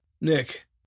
Nick